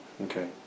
Okay